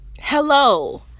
Hello